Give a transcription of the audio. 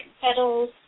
petals